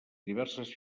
diverses